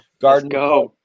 Garden